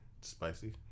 Spicy